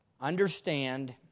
understand